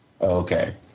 Okay